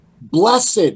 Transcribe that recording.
Blessed